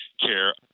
care